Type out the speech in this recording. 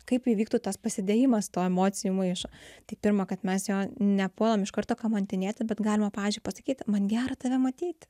kaip įvyktų tas pasidėjimas tų emocijų maišo tik pirma kad mes jo nepuolam iš karto kamantinėti bet galima pavyzdžiui pasakyti man gera tave matyti